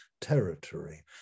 territory